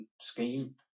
scheme